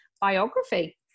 biography